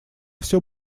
все